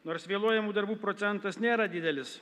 nors vėluojamų darbų procentas nėra didelis